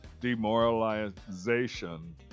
demoralization